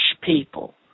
people